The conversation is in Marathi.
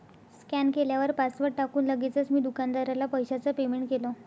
स्कॅन केल्यावर पासवर्ड टाकून लगेचच मी दुकानदाराला पैशाचं पेमेंट केलं